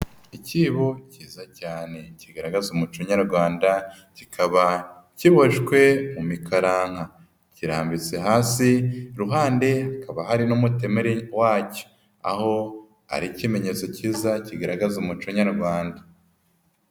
Ikibo kiza cyane kigaragaza umuco nyarwanda kikaba kiboshywe mu mikaranka, kirambitse hasi ruhande hakaba hari n'umutemeri wacyo, aho ari ikimenyetso kiza kigaragaza umuco nyarwanda.